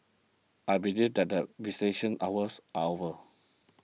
I believe that the hours are over